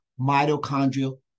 mitochondrial